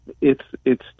it's—it's